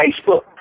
Facebook